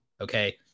okay